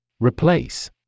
Replace